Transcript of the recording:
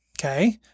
Okay